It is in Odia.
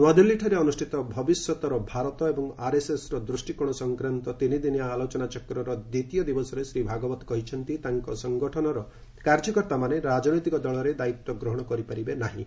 ନ୍ତଆଦିଲ୍ଲୀଠାରେ ଅନୁଷ୍ଠିତ ଭବିଷ୍ୟତର ଭାରତ ଏବଂ ଆର୍ଏସ୍ଏସ୍ର ଦୃଷ୍ଟିକୋଣ ସଂକ୍ରାନ୍ତ ତିନିଦିନିଆ ଆଲୋଚନାଚକ୍ରର ଦ୍ୱିତୀୟ ଦିବସରେ ଶ୍ରୀ ଭାଗବତ କହିଛନ୍ତି ତାଙ୍କ ସଂଗଠନର କାର୍ଯ୍ୟକର୍ତ୍ତାମାନେ ରାଜନୈତିକ ଦଳରେ ଦାୟିତ୍ୱ ଗ୍ରହଣ କରିପାରିବେ ନାହିଁ